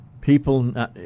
people